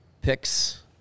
picks